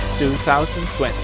2020